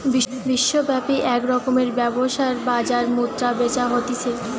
বিশ্বব্যাপী এক রকমের ব্যবসার বাজার মুদ্রা বেচা হতিছে